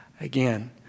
again